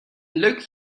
leuk